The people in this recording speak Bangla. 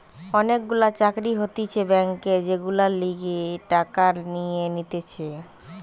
অনেক গুলা চাকরি হতিছে ব্যাংকে যেগুলার লিগে টাকা নিয়ে নিতেছে